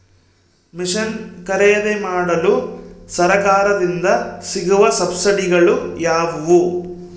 Mission ಖರೇದಿಮಾಡಲು ಸರಕಾರದಿಂದ ಸಿಗುವ ಸಬ್ಸಿಡಿಗಳು ಯಾವುವು?